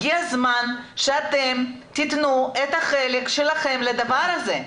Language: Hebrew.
הגיע הזמן שאתם תתנו את החלק שלכם לדבר הזה.